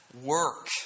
work